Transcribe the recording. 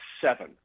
seven